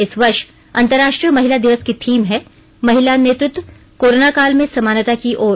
इस वर्ष अंतर्राष्ट्रीय महिला दिवस की थीम है महिला नेतृत्वः कोरोनाकाल में समानता की ओर